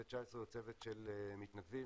צוות של מתנדבים,